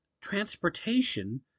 transportation